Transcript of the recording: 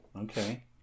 okay